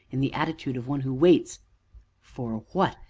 in the attitude of one who waits for what?